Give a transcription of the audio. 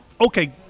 okay